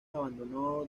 abandonó